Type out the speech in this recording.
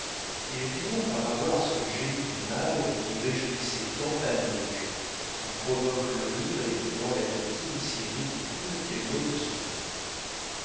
ils finirent par avoir ce génie du mal qui réjouissait tant panurge qui provoque le rire et qui rend la victime si ridicule qu'elle n'ose se plaindre